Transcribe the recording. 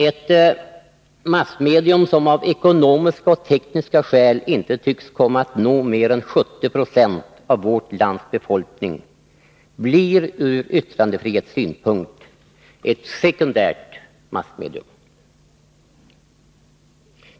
Ett massmedium som av ekonomiska och tekniska skäl inte tycks komma att nå mer än 70 96 av vårt lands befolkning blir från yttrandefrihetssynpunkt ett sekundärt massmedium.